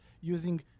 using